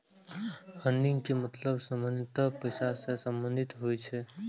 funding के मतलब सामान्यतः पैसा सं संबंधित होइ छै